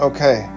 Okay